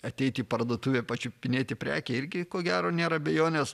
ateiti į parduotuvę pačiupinėti prekę irgi ko gero nėra abejonės